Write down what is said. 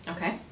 okay